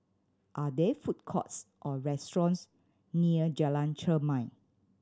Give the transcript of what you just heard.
are there food courts or restaurants near Jalan Chermai